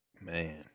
Man